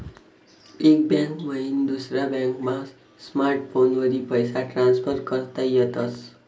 एक बैंक मईन दुसरा बॅकमा स्मार्टफोनवरी पैसा ट्रान्सफर करता येतस